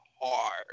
hard